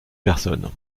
personnes